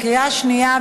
בקריאה שנייה,